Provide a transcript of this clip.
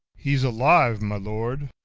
he's alive, my lord.